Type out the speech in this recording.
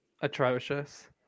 Atrocious